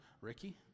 Ricky